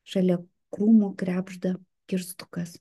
šalia krūmų krebžda kirstukas